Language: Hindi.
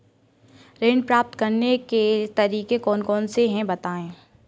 ऋण प्राप्त करने के तरीके कौन कौन से हैं बताएँ?